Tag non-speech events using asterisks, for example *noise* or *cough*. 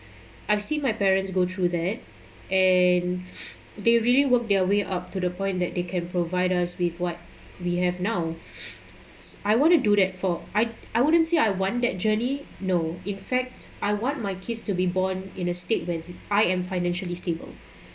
I've seen my parents go through that and they really work their way up to the point that they can provide us with what we have now *breath* I want to do that for I I wouldn't say I want that journey no in fact I want my kids to be born in a state when I am financially stable